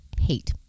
hate